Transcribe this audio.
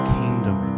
kingdom